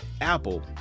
apple